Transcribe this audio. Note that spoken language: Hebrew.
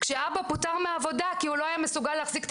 כשהאבא פוטר מהעבודה כי הוא לא היה מסוגל להפסיק את